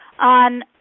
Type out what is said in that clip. on